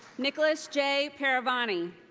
nicholas j. parravani.